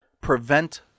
prevent